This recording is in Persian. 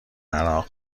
عراق